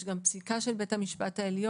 יש גם פסיקה של בית המשפט העליון,